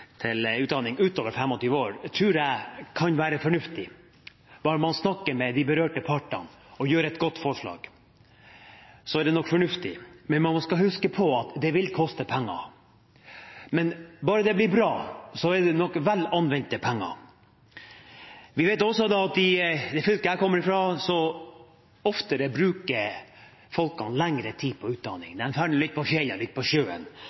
til utdanning utover 25 år, tror jeg kan være fornuftig. Bare man snakker med de berørte partene og kommer med et godt forslag, tror jeg det er fornuftig. Men man skal huske på at det vil koste penger – blir det bra, er det nok vel anvendte penger. I det fylket jeg kommer fra, vet vi at folk ofte bruker lengre tid på utdanningen. De reiser litt på fjellet og litt på sjøen